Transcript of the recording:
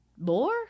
more